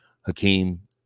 Hakeem